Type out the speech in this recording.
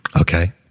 Okay